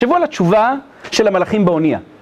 תחשבו על התשובה של המלאכים באוניה.